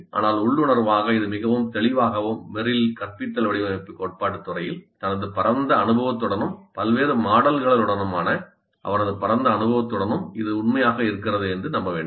ஆனால் உள்ளுணர்வாக இது மிகவும் தெளிவாகவும் மெர்ரில் கற்பித்தல் வடிவமைப்பு கோட்பாடு துறையில் தனது பரந்த அனுபவத்துடனும் பல்வேறு மாடல்களுடனான அவரது பரந்த அனுபவத்துடனும் இது உண்மையாக இருக்கிறது என்று நம்ப வேண்டும்